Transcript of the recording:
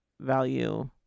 value